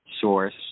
source